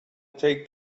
take